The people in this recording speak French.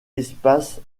espace